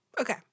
okay